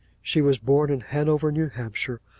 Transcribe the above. she was born in hanover, new hampshire,